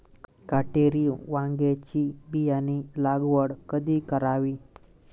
काटेरी वांग्याची बियाणे लागवड कधी करावी?